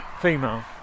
Female